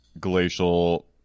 glacial